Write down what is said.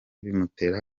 bimutera